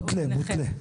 מותלה, מותלה.